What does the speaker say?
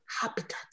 habitat